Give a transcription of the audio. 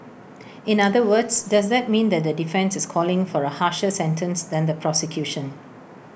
in other words does that mean that the defence is calling for A harsher sentence than the prosecution